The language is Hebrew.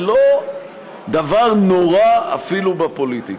זה לא דבר נורא, אפילו בפוליטיקה.